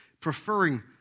preferring